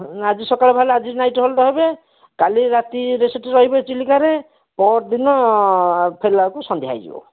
ଆଜି ସକାଳେ ବାହାରିଲେ ଆଜି ନାଇଟ୍ ହଲ୍ଟ୍ ରହିବେ କାଲି ରାତିରେ ସେଠି ରହିବେ ଚିଲିକାରେ ପଅରଦିନ ଫେରିଲା ବେଳକୁ ସନ୍ଧ୍ୟା ହେଇଯିବ